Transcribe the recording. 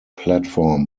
platform